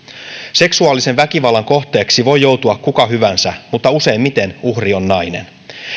seksuaalisen väkivallan kohteeksi voi joutua kuka hyvänsä mutta useimmiten uhri on nainen